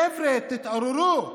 חבר'ה, תתעוררו.